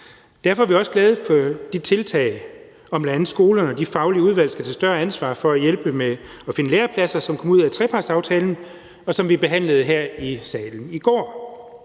Derfor er vi også glade for de tiltag – bl.a. om, at skolerne og de faglige udvalg skal tage et større ansvar for at hjælpe med at finde lærepladser – som kom ud af trepartsaftalen, og som vi behandlede her i salen i går.